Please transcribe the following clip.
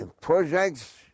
projects